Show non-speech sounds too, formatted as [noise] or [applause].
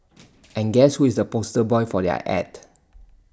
[noise] and guess who is the poster boy for their Ad